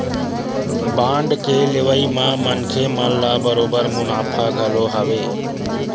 bond के लेवई म मनखे मन ल बरोबर मुनाफा घलो हवय